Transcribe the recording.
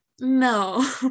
No